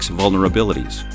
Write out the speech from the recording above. vulnerabilities